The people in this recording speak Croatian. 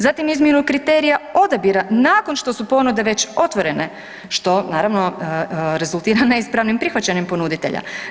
Zatim izmjenu kriterija odabira nakon što su ponude već otvorene što naravno rezultira neispravnim prihvaćanjem ponuditelja.